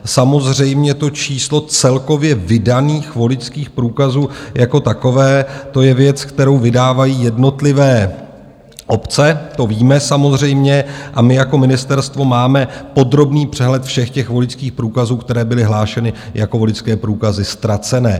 Samozřejmě to číslo celkově vydaných voličských průkazů jako takové, to je věc, kterou vydávají jednotlivé obce, to víme samozřejmě, a my jako ministerstvo máme podrobný přehled všech voličských průkazů, které byly hlášeny jako voličské průkazy ztracené.